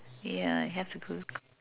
yeah I have to